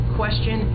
question